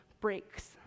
breaks